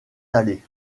dallé